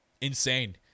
Insane